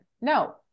No